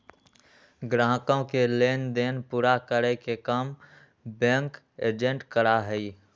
ग्राहकों के लेन देन पूरा करे के काम बैंक एजेंट करा हई